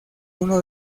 uno